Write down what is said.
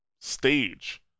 stage